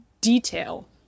detail